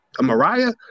Mariah